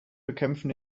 bekämpfen